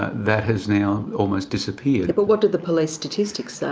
that has now almost disappeared. but what did the police statistics say?